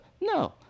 no